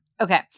Okay